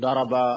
תודה רבה.